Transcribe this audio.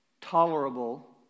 tolerable